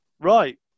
Right